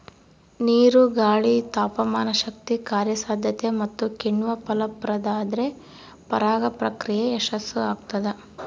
ನೀರು ಗಾಳಿ ತಾಪಮಾನಶಕ್ತಿ ಕಾರ್ಯಸಾಧ್ಯತೆ ಮತ್ತುಕಿಣ್ವ ಫಲಪ್ರದಾದ್ರೆ ಪರಾಗ ಪ್ರಕ್ರಿಯೆ ಯಶಸ್ಸುಆಗ್ತದ